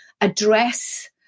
address